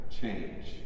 change